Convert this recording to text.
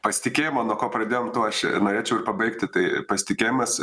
pasitikėjimo nuo ko pradėjom tuo aš norėčiau pabaigti tai pasitikėjimas